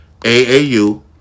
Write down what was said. AAU